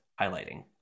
highlighting